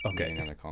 Okay